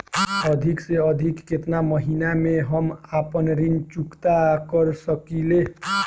अधिक से अधिक केतना महीना में हम आपन ऋण चुकता कर सकी ले?